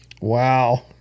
Wow